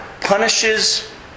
punishes